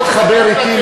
תתחבר אתי,